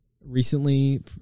Recently